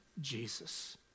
Jesus